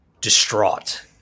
distraught